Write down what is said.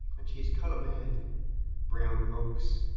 and she is color-mad brown rocks,